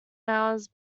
hours